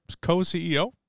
co-CEO